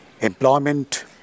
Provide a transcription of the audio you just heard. employment